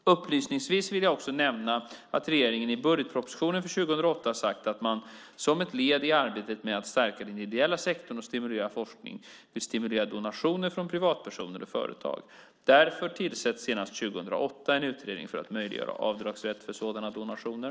Upplysningsvis vill jag också nämna att regeringen i budgetpropositionen för 2008 sagt att man som ett led i arbetet med att stärka den ideella sektorn och stimulera forskning vill stimulera donationer från privatpersoner och företag. Därför tillsätts senast 2008 en utredning för att möjliggöra avdragsrätt för sådana donationer.